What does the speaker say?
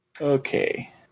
Okay